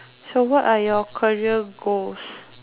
so what are your career goals